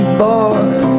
boy